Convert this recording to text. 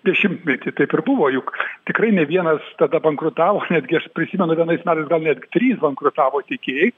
dešimtmetį taip ir buvo juk tikrai ne vienas tada bankrutavo netgi aš prisimenu vienais metais netgi trys bankrutavo tiekėjai